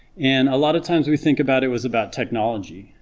and a lot of times we think about it was about technology,